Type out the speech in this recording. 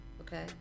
okay